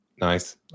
Nice